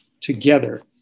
together